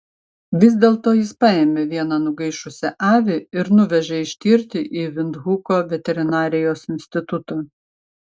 vis dėlto jis paėmė vieną nugaišusią avį ir nuvežė ištirti į vindhuko veterinarijos institutą